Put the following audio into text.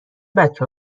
بچه